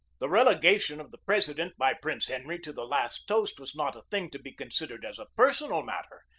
the relegation of the president by prince henry to the last toast was not a thing to be considered as a personal matter,